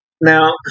Now